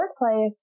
workplace